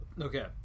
Okay